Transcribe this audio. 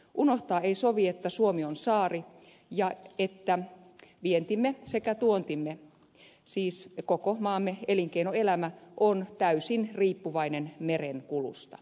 unohtaa ei sovi että suomi on saari ja että vientimme sekä tuontimme siis koko maamme elinkeinoelämä on täysin riippuvainen merenkulusta